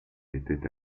était